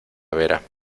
vera